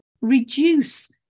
reduce